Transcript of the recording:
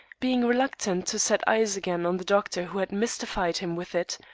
being reluctant to set eyes again on the doctor who had mystified him with it,